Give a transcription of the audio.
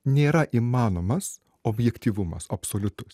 nėra įmanomas objektyvumas absoliutus